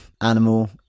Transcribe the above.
animal